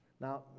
Now